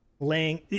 laying